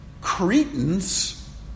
Cretans